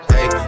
Hey